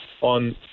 on